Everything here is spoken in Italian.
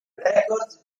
records